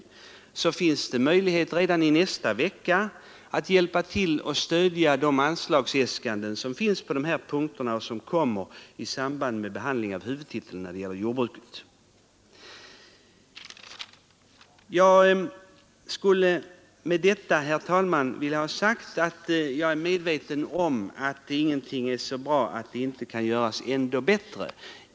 Det finns möjligheter att redan nästa vecka hjälpa till och stödja de anslagsäskanden som finns på detta område och som kommer upp till avgörande i samband med behandlingen av huvudtiteln för jordbruket. Jag är, herr talman, medveten om att ingenting är så bra att det inte kan göras ändå bättre.